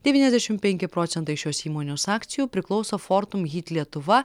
devyniasdešim penki procentais šios įmonės akcijų priklauso fortum hyt lietuva